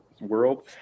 world